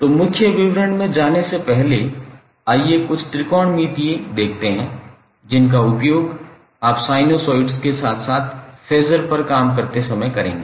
तो विवरण में जाने से पहले आइए कुछ त्रिकोणमिती देखते हैं जिनका उपयोग आप साइनसोइड्स के साथ साथ फेज़र पर काम करते समय करते रहेंगे